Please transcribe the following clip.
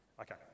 Okay